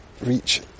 reach